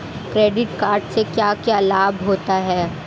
Credit card से क्या क्या लाभ होता है?